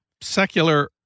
secular